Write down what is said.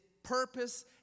purpose